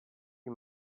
you